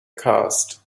cast